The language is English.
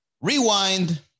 Rewind